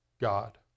God